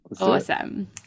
Awesome